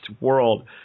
world